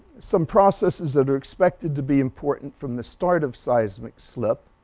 some processes that are expected to be important from the start of seismic slip,